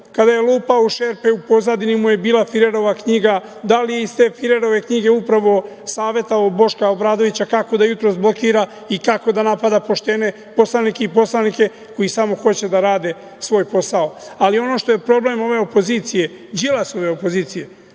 kada je lupao u šerpe, a u pozadini mu je bila firerova knjiga, da li je iz te firerove knjige upravo savetovao Boška Obradovića kako da jutros blokira i kako da napada poštene poslanike koji samo hoće da rade svoj posao. Ono što je problem ove opozicije, Đilasove opozicije,